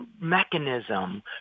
mechanism